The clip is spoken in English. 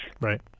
Right